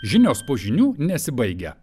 žinios po žinių nesibaigia